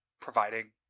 providing